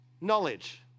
knowledge